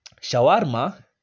Shawarma